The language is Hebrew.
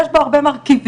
יש בו הרבה מרכיבים,